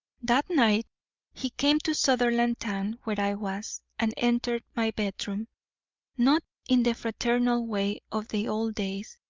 that night he came to sutherlandtown, where i was, and entered my bedroom not in the fraternal way of the old days,